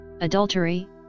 adultery